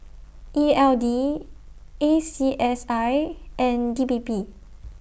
E L D A C S I and D P P